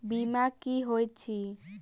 बीमा की होइत छी?